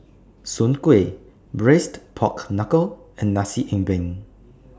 Soon Kway Braised Pork Knuckle and Nasi Ambeng